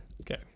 okay